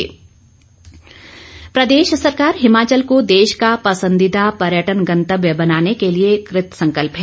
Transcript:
मुख्य सचिव प्रदेश सरकार हिमाचल को देश का पसंदीदा पर्यटन गंतव्य बनाने के लिए कृतसंकल्प है